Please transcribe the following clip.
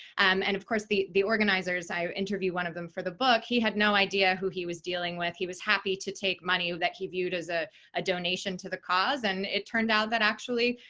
and, of course, the the organizers i interviewed one of them for the book. he had no idea who he was dealing with. he was happy to take money that he viewed as a ah donation to the cause, and it turned out that, actually,